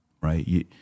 right